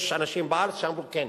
יש אנשים בארץ שאמרו כן.